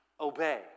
obey